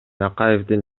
акаевдин